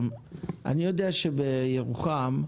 אני יודע שבירוחם,